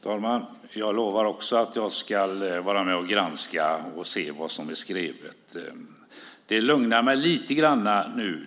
Fru talman! Jag lovar också att jag ska vara med och granska och se vad som skrivs. Detta besked lugnar mig lite grann.